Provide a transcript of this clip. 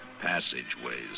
passageways